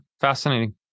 Fascinating